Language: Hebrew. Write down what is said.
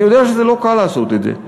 אני יודע שלא קל לעשות את זה,